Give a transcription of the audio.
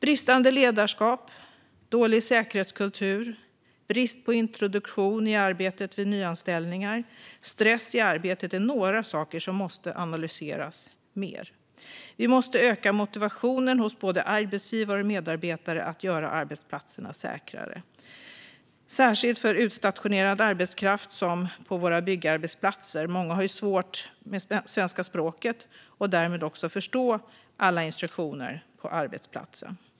Bristande ledarskap, dålig säkerhetskultur, brist på introduktion i arbetet vid nyanställningar och stress i arbetet är några saker som måste analyseras mer. Vi måste öka motivationen hos både arbetsgivare och medarbetare att göra arbetsplatserna säkrare, särskilt för utstationerad arbetskraft, till exempel på våra byggarbetsplatser. För många är det svårt med det svenska språket, och de har därmed svårt att förstå alla instruktioner på arbetsplatsen.